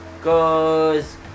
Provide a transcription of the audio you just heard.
cause